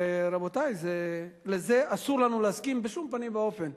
רבותי, לזה אסור לנו להסכים בשום פנים ואופן.